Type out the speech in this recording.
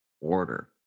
order